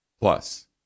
Plus